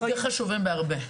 יותר חשובים בהרבה.